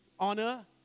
Honor